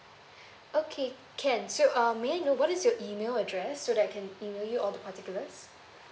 okay can so um may I know what is your email address so that I can email you all the particulars